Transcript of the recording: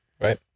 Right